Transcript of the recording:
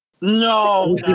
No